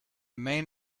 main